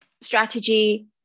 strategy